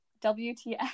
WTF